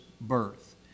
birth